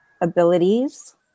abilities